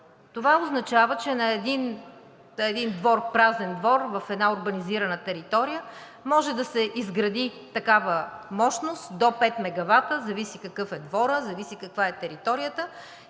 Това означава, че на един двор, празен двор, в една урбанизирана територия, може да се изгради такава мощност до пет мегавата, зависи какъв е дворът, зависи каква е територията,